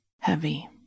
heavy